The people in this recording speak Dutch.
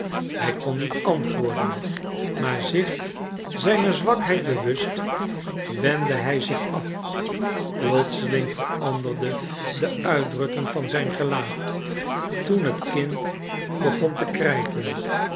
hij kon niet antwoorden maar zich zijner zwakheid bewust wendde hij zich af plotseling veranderde de uitdrukking van zijn gelaat toen het kind begon te krijten